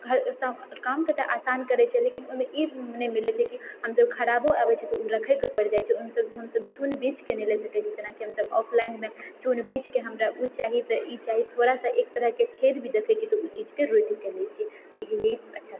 घरसँ कामके तऽ आसान करैत छै लेकिन ओहिमे ई नहि मिलैत छै कि हम जब खराबो अबैत छै तऽ ओ रखयके पड़ि जाइत छै ओहिमे चुनि बीछि कऽ नहि लऽ सकैत छी जेनाकि हमसभ ऑफलाइनमे चुनि बीछि कऽ हमरा ओ चाही तऽ ई चाही थोड़ा सा एक तरहके छेद भी देखैत छियै तऽ ओ चीजके रोकि के लैत छियै इएह अच्छा बात छै